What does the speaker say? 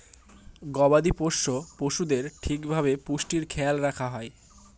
গবাদি পোষ্য পশুদের ঠিক ভাবে পুষ্টির খেয়াল রাখা হয়